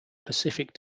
pacific